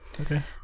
okay